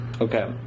Okay